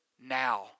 now